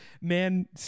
man